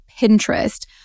Pinterest